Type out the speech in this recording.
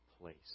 place